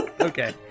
okay